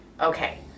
Okay